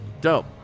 Dope